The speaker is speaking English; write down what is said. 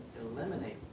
eliminate